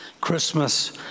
Christmas